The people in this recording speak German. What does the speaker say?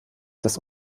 das